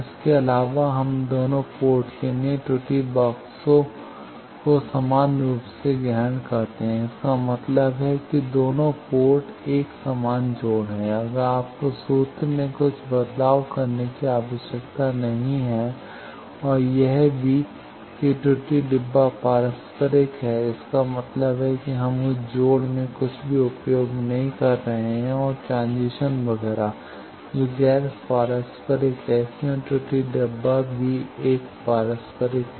इसके अलावा हम दोनों पोर्ट के लिए त्रुटि बक्सों को समान रूप से ग्रहण करते हैं इसका मतलब है कि दोनों पोर्ट एक समान जोड़ हैं अगर आपको सूत्र में कुछ बदलाव करने की आवश्यकता नहीं है और यह भी है कि त्रुटि डब्बा पारस्परिक हैं इसका मतलब है कि हम उस जोड़ में कुछ भी उपयोग नहीं कर रहे हैं और ट्रांजिशन वगैरह जो गैर पारस्परिक है इसलिए त्रुटि डब्बा भी एक पारस्परिक है